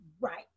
Right